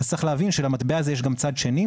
אז צריך להבין שלמטבע הזה גם צד שני,